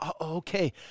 okay